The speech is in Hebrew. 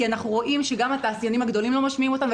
אנחנו רואים שגם התעשיינים הגדולים לא משמיעים אותנו,